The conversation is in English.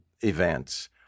events